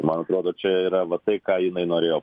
man atrodo čia yra va tai ką jinai norėjo